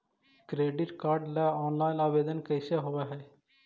Credit card ल online आवेदन कैसे होब है?